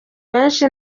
benshi